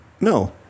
No